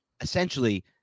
essentially